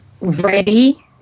ready